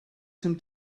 some